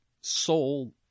soul